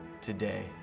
today